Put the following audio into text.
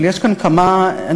אבל יש כאן כמה אנשים,